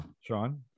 sean